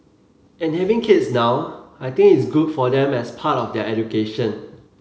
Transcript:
and having kids now I think it's good for them as part of their education